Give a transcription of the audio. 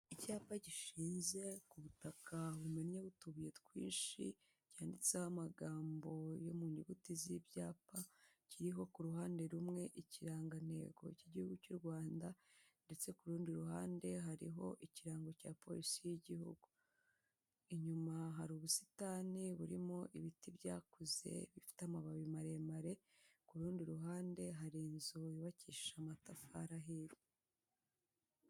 Icyapa gishinze ku butaka bumennyeho utubuye twinshi, cyanditseho amagambo yo mu nyuguti z'ibyapa, kiriho ku ruhande rumwe ikirangantego cy'igihugu cy'u Rwanda, ndetse ku rundi ruhande hariho ikirango cya polisi y'igihugu, inyuma hari ubusitani burimo ibiti byakuze bifite amababi maremare, ku rundi ruhande hari inzu yubakishije amatafari ahiye.